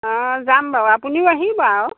অঁ যাম বাৰু আপুনিও আহিব আও